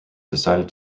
decided